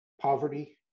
poverty